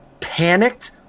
panicked